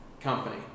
company